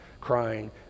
crying